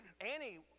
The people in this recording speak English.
Annie